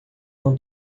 não